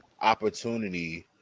opportunity